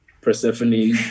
Persephone